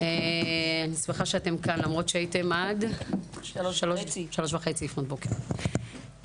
אני שמחה שאתן כאן למרות שהייתן עד שלוש וחצי לפנות בוקר במליאה.